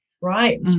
right